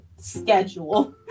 schedule